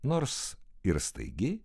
nors ir staigi